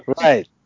right